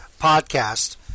podcast